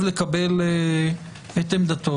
לקבל את עמדתו.